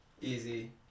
easy